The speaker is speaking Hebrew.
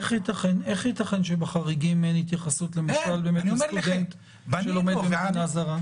איך ייתכן שבחריגים אין התייחסות למשל לסטודנט שלומד במדינה זרה?